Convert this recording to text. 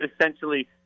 essentially